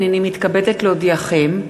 הנני מתכבדת להודיעכם,